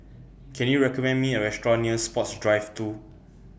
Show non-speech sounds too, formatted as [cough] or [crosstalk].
Can YOU recommend Me A Restaurant near Sports Drive [noise] two